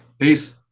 Peace